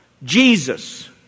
Jesus